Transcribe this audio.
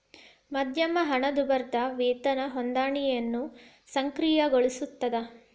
ಮಧ್ಯಮ ಹಣದುಬ್ಬರದ್ ವೇತನ ಹೊಂದಾಣಿಕೆಯನ್ನ ಸಕ್ರಿಯಗೊಳಿಸ್ತದ